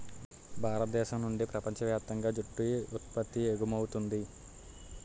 భారతదేశం నుండి ప్రపంచ వ్యాప్తంగా జూటు ఉత్పత్తి ఎగుమవుతుంది